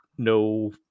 No